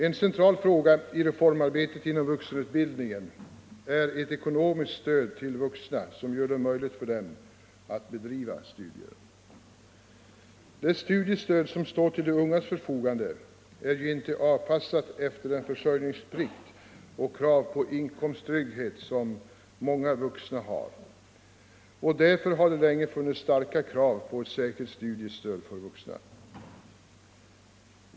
En central fråga i reformarbetet inom vuxenutbildningen gäller ekonomiskt stöd till vuxna som gör det möjligt för dem att bedriva studier. Det studiestöd som står till de ungas förfogande är ju inte avpassat efter den försörjningsplikt och det krav på inkomsttrygghet som många vuxna har. Därför har det länge funnits starka krav på ett särskilt studiestöd för vuxna.